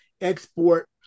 export